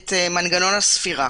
את מנגנון הספירה,